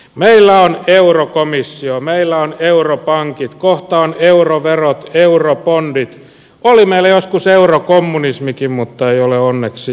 meillä on eurokomissio meillä on europankit kohta on euroverot eurobondit oli meillä joskus eurokommunismikin mutta ei ole onneksi enää